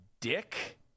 dick